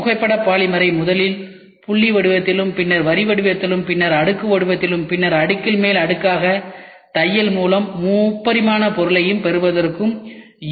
புகைப்பட பாலிமரை முதலில் புள்ளி வடிவத்திலும் பின்னர் வரி வடிவத்திலும் பின்னர் அடுக்கு வடிவத்திலும் பின்னர் அடுக்கின் மேல் அடுக்காக தையல் மூலம் 3 பரிமாண பொருளைப் பெறுவதற்கும் யு